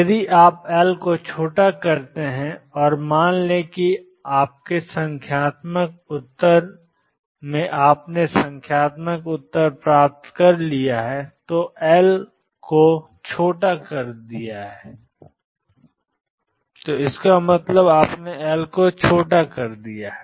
यदि आप L को छोटा करते हैं और मान लें कि आपके संख्यात्मक उत्तर में आपने संख्यात्मक उत्तर प्राप्त कर लिया है तो आपने L को छोटा कर दिया है